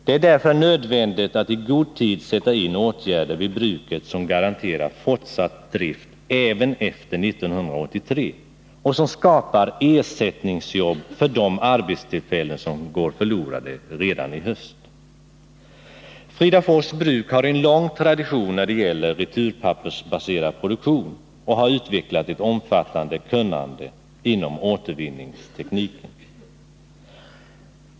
Det är därför nödvändigt att i god tid sätta in åtgärder vid bruket som garanterar fortsatt drift även efter 1983 och som skapar ersättning för de arbetstillfällen som går förlorade redan i höst. Fridafors bruk har en lång tradition när det gäller returpappersbaserad produktion och har utvecklat ett omfattande kunnande inom återvinningstekniken.